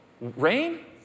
Rain